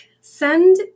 send